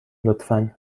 لطفا